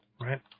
Right